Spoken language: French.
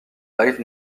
light